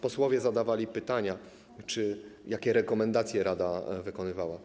Posłowie zadawali pytanie: Jakie rekomendacje rada wykonywała?